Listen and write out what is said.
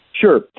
Sure